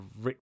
Rick